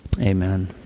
Amen